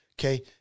Okay